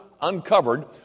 uncovered